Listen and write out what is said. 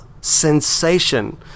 sensation